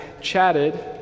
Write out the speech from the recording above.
chatted